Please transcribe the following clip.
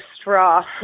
straw